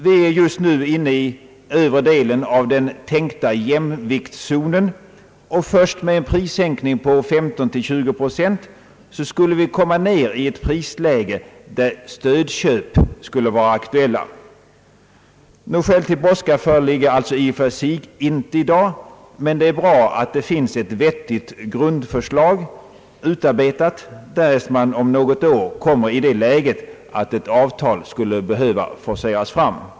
Vi är just nu inne i den tänkta övre delen av jämviktszonen, och först med en Pprissänkning på 15—20 procent skulle vi komma ned till ett prisläge där stödköp kunde vara aktuella. Några skäl till brådska föreligger alltså i och för sig inte i dag, men det är bra att ett vettigt grundförslag finns utarbetat, därest man inom något år kommer i det läget att ett avtal skulle behöva forceras fram.